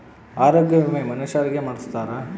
ಆರೊಗ್ಯ ವಿಮೆ ಮನುಷರಿಗೇ ಮಾಡ್ಸ್ತಾರ